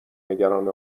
نگران